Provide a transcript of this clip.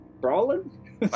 Brawling